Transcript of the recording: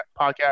podcast